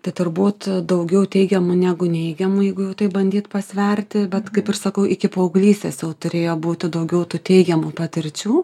tai turbūt daugiau teigiamų negu neigiamų jeigu jau taip bandyt pasverti bet kaip ir sakau iki paauglystės jau turėjo būti daugiau tų teigiamų patirčių